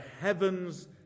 heavens